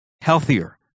healthier